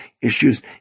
issues